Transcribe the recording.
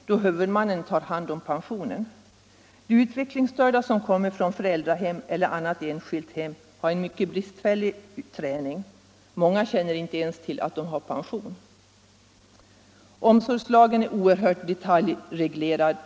eftersom huvudmannen har hand om pensionen. De utvecklingsstörda som kommer från föräldrahem eller annat enskilt hem har mycket bristfällig träning. Många av dem känner inte ens till att de har pension. Omsorgslagen är oerhört detaljreglerad.